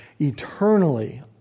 eternally